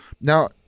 Now